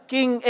King